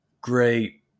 great